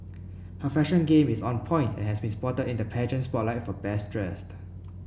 her fashion game is on point and has been spotted in the pageant spotlight for best dressed